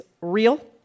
real